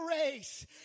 race